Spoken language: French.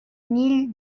mille